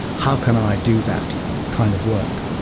how can i do that kind of work?